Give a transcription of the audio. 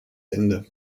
ende